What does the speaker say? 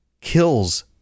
kills